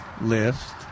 list